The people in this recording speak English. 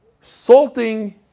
Salting